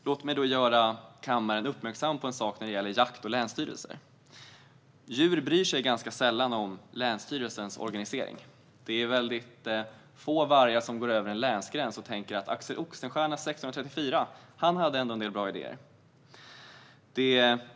Låt mig göra kammaren uppmärksam på en sak när det gäller jakt och länsstyrelser. Djur bryr sig ganska sällan om länsstyrelsens organisering; det är få vargar som går över en länsgräns och tänker att Axel Oxenstierna ändå hade en del bra idéer år 1634.